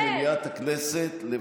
חבר הכנסת סובה,